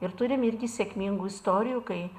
ir turim irgi sėkmingų istorijų kai